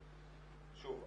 ושוב,